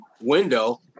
window